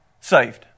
saved